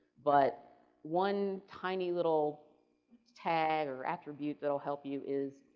but one tiny little tag or atribute that will help you is,